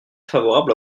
favorable